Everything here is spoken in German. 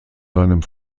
seinem